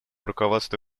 руководству